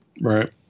right